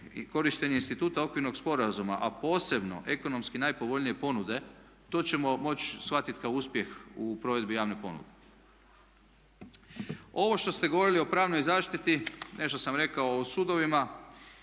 korištenje instituta okvirnog sporazuma a posebno ekonomski najpovoljnije ponude to ćemo moći shvatiti kao uspjeh u provedbi javne ponude. Ovo što ste govorili o pravnoj zaštiti, nešto sam rekao o sudovima,